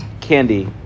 candy